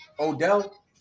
Odell